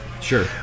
Sure